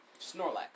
Snorlax